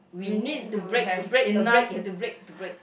we need to break a break a break you have to break to break